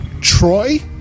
Troy